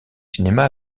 cinéma